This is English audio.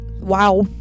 Wow